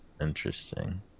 Interesting